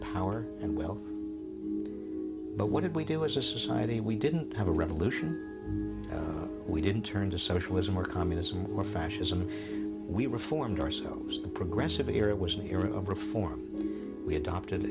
power and wealth but what did we do as a society we didn't have a revolution we didn't turn to socialism or communism or fascism we reformed ourselves the progressive era was an era of reform we adopted